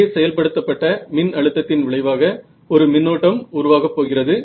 இங்கே செயல்படுத்தப்பட்ட மின் அழுத்தத்தின் விளைவாக ஒரு மின்னோட்டம் உருவாகப் போகிறது